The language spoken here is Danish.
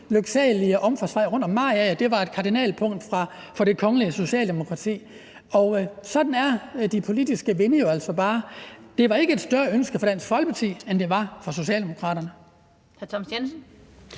lyksalige omfartsvej om Mariager – det var et kardinalpunkt for det kongelige socialdemokrati. Og sådan blæser de politiske vinde jo altså bare. Det var ikke et større ønske for Dansk Folkeparti, end det var for Socialdemokraterne.